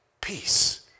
peace